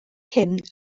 hyn